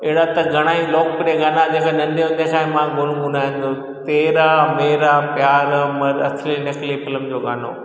अहिड़ा त घणा ई लोकप्रिय गाना जेका नंढे हूंदे असांजे मां गुनगुनाईंदो हुओ तेरा मेरा प्यार अमर असली नकली फिल्म जो गानो